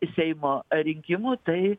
seimo rinkimų tai